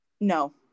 No